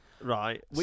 Right